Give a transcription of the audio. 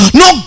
no